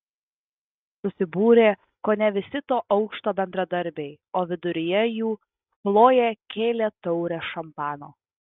susibūrė kone visi to aukšto bendradarbiai o viduryje jų chlojė kėlė taurę šampano